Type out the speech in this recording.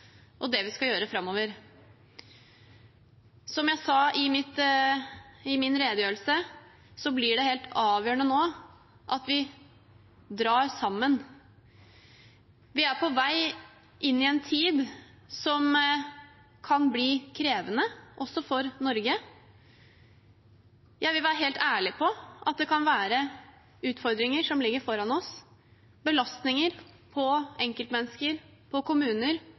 og det vi skal gjøre framover. Som jeg sa i min redegjørelse, blir det nå helt avgjørende at vi drar sammen. Vi er på vei inn i en tid som kan bli krevende også for Norge. Jeg vil være helt ærlig på at det kan være utfordringer som ligger foran oss, belastninger på enkeltmennesker, på kommuner,